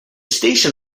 station